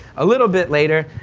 a little bit later,